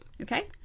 Okay